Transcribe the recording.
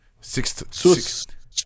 Sixth